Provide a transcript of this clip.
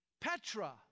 Petra